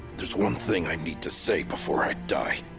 there's one thing i need to say before i die.